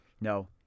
No